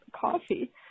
coffee